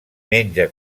menja